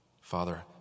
Father